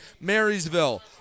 Marysville